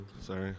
Sorry